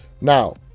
Now